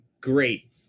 Great